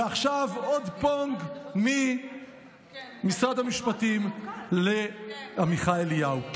ועכשיו עוד פונג: ממשרד המשפטים לעמיחי אליהו.